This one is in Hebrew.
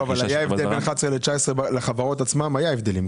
-- לא אבל היה הבדל בין 2011 ל-2019 לחברות עצמן היה הבדלים.